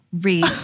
read